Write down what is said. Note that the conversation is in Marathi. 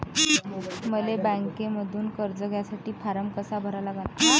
मले बँकेमंधून कर्ज घ्यासाठी फारम कसा भरा लागन?